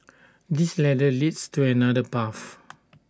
this ladder leads to another path